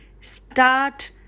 start